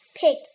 Pig